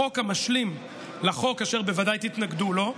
גם את זה הם